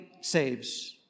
saves